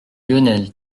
lionel